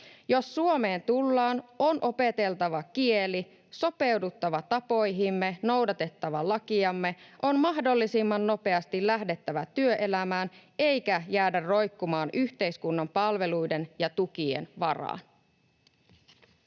Jos Suomeen tullaan, on opeteltava kieli, sopeuduttava tapoihimme, noudatettava lakejamme, on mahdollisimman nopeasti lähdettävä työelämään eikä jäädä roikkumaan yhteiskunnan palveluiden ja tukien varaan.